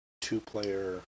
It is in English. two-player